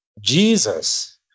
Jesus